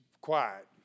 quiet